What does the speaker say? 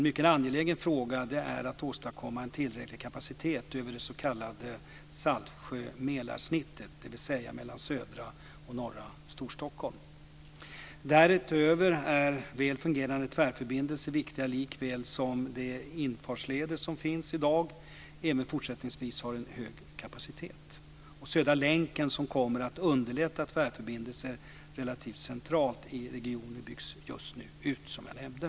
En mycket angelägen fråga är att åstadkomma en tillräcklig kapacitet över det s.k. Saltsjö-Mälar-snittet, dvs. mellan södra och norra Storstockholm. Därutöver är väl fungerande tvärförbindelser viktiga likväl som att de infartsleder som finns i dag även fortsättningsvis har en hög kapacitet. Södra länken, som kommer att underlätta tvärförbindelser relativt centralt i regionen, byggs just nu ut, som jag nämnde.